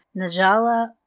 Najala